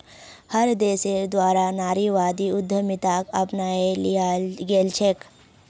हर देशेर द्वारा नारीवादी उद्यमिताक अपनाए लियाल गेलछेक